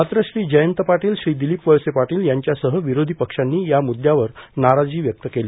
मात्र श्री जयंत पाटील श्री दिलीप वळसे पाटील यांच्यासह विरोधी पक्षांनी या मुद्यावर नाराजी व्यक्त केली